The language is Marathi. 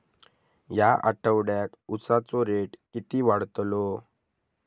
या आठवड्याक उसाचो रेट किती वाढतलो?